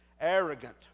arrogant